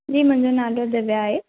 जी मुंहिंजो नालो दिव्या आहे